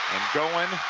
going